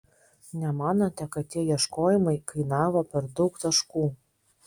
nemanote kad tie ieškojimai kainavo per daug taškų